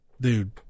dude